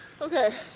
Okay